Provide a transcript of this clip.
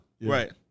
right